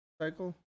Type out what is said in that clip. cycle